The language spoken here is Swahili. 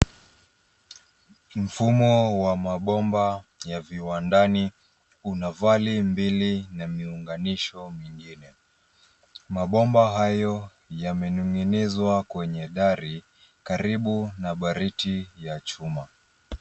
Mfumo wa mabomba ya viwandani una vali mbili na miunganisho mingine. Mabomba hayo yamening’inizwa kwenye dari karibu na bariti ya chuma.